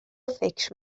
فکر